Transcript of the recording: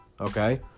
okay